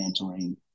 mentoring